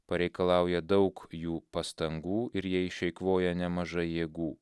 pareikalauja daug jų pastangų ir jie išeikvoja nemažai jėgų